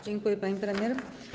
Dziękuję, pani premier.